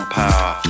power